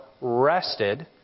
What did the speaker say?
rested